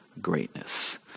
greatness